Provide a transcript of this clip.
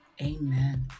Amen